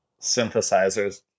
Synthesizers